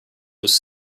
was